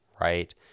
right